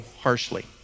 harshly